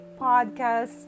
podcast